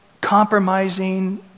compromising